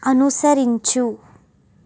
అనుసరించు